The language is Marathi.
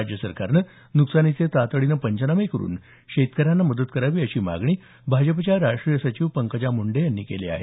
राज्य सरकारनं नुकसानीचे तातडीनं पंचनामे करून शेतकऱ्यांना मदत करावी अशी मागणी भाजपच्या राष्ट्रीय सचिव पंकजा मुंडे यांनी केली आहे